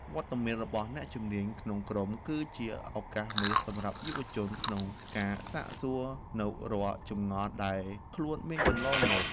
វត្តមានរបស់អ្នកជំនាញក្នុងក្រុមគឺជាឱកាសមាសសម្រាប់យុវជនក្នុងការសាកសួរនូវរាល់ចម្ងល់ដែលខ្លួនមានកន្លងមក។